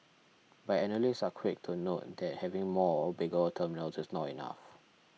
but analysts are quick to note that having more or bigger terminals is not enough